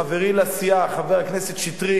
בבקשה, חבר הכנסת חסון,